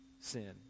sin